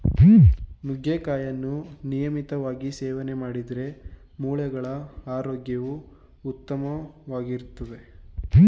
ನುಗ್ಗೆಕಾಯಿಯನ್ನು ನಿಯಮಿತವಾಗಿ ಸೇವನೆ ಮಾಡಿದ್ರೆ ಮೂಳೆಗಳ ಆರೋಗ್ಯವು ಉತ್ತಮವಾಗಿರ್ತದೆ